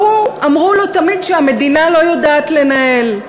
אמרו לו תמיד שהמדינה לא יודעת לנהל.